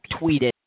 tweeted